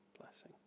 blessing